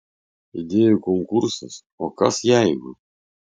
idėjų konkursas o kas jeigu